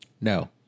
No